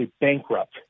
bankrupt